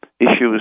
issues